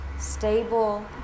stable